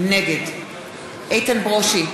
נגד איתן ברושי,